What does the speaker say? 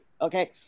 okay